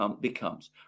becomes